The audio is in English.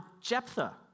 Jephthah